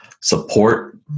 support